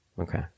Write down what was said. okay